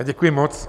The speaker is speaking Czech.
Děkuji moc.